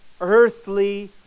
earthly